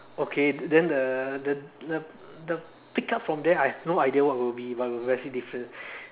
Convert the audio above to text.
okay then the the the the pick up from there I have no idea what would it be but will be very different